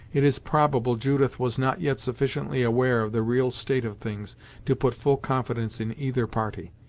it is probable judith was not yet sufficiently aware of the real state of things to put full confidence in either party.